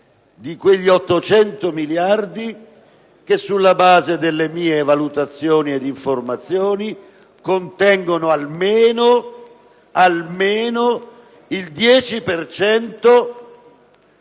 di quegli 800 miliardi di cui, sulla base delle mie valutazioni e informazioni, almeno il 10